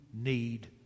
need